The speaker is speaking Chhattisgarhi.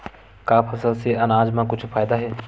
का फसल से आनाज मा कुछु फ़ायदा हे?